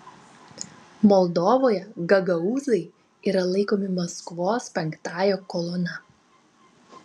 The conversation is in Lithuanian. moldovoje gagaūzai yra laikomi maskvos penktąja kolona